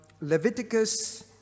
Leviticus